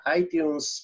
iTunes